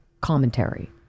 Commentary